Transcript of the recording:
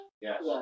Yes